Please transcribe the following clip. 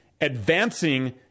advancing